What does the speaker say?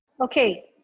Okay